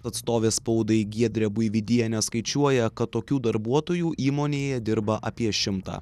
atstovė spaudai giedrė buivydienė skaičiuoja kad tokių darbuotojų įmonėje dirba apie šimtą